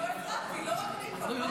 לא הפרעתי.